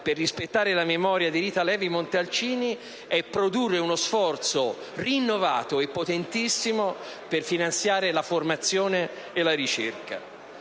per rispettare la memoria di Rita Levi-Montalcini è produrre uno sforzo rinnovato e potentissimo per finanziare la formazione e la ricerca